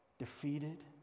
defeated